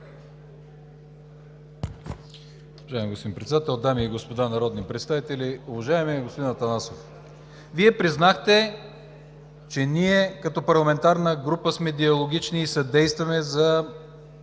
Вие признахте, че ние като парламентарна група сме диалогични и съдействаме за